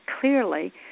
clearly